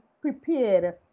prepared